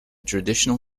traditional